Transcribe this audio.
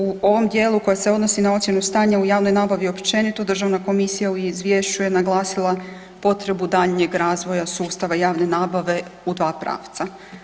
U ovom djelu koji se odnosi na ocjenu stanja u javnoj nabavi općenit, Državna komisija u izvješću je naglasila potrebu daljnjeg razvoja sustava javne nabave u dva pravca.